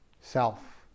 self